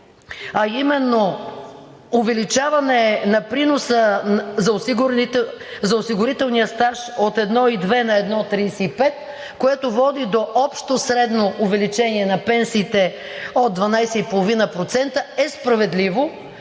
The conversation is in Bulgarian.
а именно увеличаване на приноса за осигурителния стаж от 1,2 на 1,35%, което води до общо средно увеличение на пенсиите от 12,5%, е справедлив